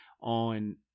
on